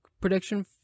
prediction